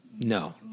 no